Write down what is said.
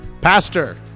Pastor